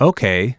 Okay